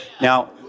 Now